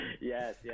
yes